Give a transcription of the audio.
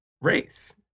race